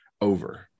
over